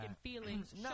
feelings